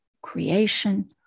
creation